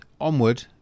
onward